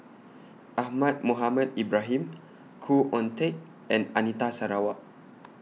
Ahmad Mohamed Ibrahim Khoo Oon Teik and Anita Sarawak